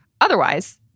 otherwise